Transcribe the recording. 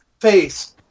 face